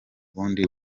bundi